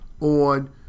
on